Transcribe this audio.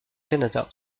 canada